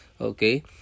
okay